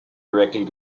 directly